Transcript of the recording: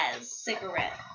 cigarette